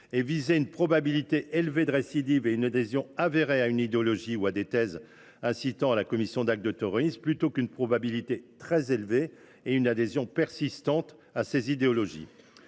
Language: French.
viser une probabilité élevée de récidive et une adhésion avérée à une idéologie ou à des thèses incitant à la commission d’actes de terrorisme, plutôt qu’une probabilité très élevée et une adhésion persistante à ces idéologies.